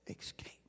escape